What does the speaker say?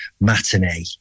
matinee